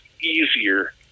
easier